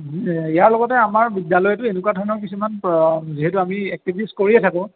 ইয়াৰ লগতে আমাৰ বিদ্যালয়তো এনেকুৱা ধৰণৰ কিছুমান প্ৰ যিহেতু আমি এক্টিভিটিছ কৰিয়ে থাকোঁ